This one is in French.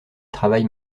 travaille